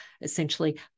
essentially